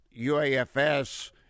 UAFS